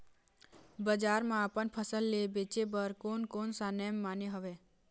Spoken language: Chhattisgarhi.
बजार मा अपन फसल ले बेचे बार कोन कौन सा नेम माने हवे?